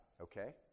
Okay